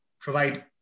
provide